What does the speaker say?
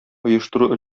оештыру